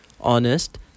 honest